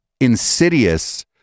insidious